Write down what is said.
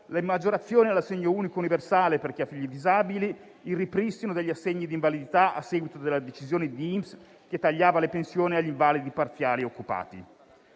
le maggiorazioni all'assegno unico universale per chi ha figli disabili e il ripristino degli assegni di invalidità a seguito della decisione di INPS che tagliava le pensioni agli invalidi parziali occupati.